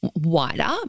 wider